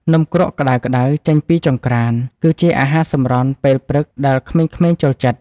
នំគ្រក់ក្តៅៗចេញពីចង្ក្រាន គឺជាអាហារសម្រន់ពេលព្រឹកដែលក្មេងៗចូលចិត្ត។